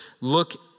look